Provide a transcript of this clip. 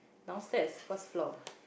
downstairs first floor